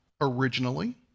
originally